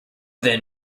than